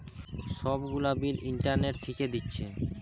সব গুলা bill internet থিকে দিচ্ছে